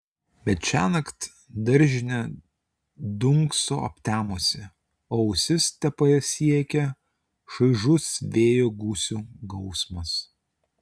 bet šiąnakt daržinė dunkso aptemusi o ausis tepasiekia šaižus vėjo gūsių gausmas